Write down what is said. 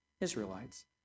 Israelites